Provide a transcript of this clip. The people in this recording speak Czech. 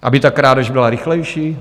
Aby ta krádež byla rychlejší?